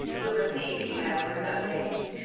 you'll receive emails with updates